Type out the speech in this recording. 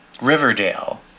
Riverdale